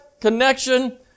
connection